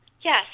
Yes